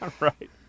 Right